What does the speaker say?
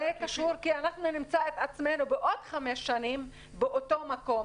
זה קשור משום שאנחנו נמצא את עצמנו בעוד חמש שנים באותו מקום